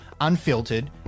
unfiltered